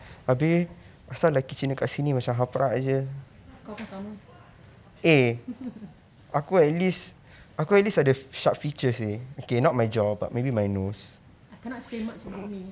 kau pun sama I cannot say much about me